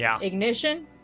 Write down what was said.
Ignition